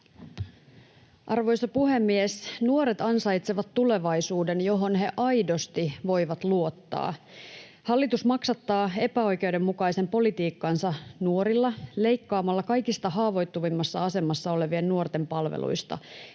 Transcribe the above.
Arvoisa puhemies! Nuoret ansaitsevat tulevaisuuden, johon he aidosti voivat luottaa. Hallitus maksattaa epäoikeudenmukaisen politiikkansa nuorilla leikkaamalla kaikista haavoittuvimmassa asemassa olevien nuorten palveluista,